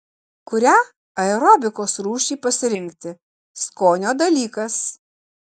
kurią aerobikos rūšį pasirinkti skonio dalykas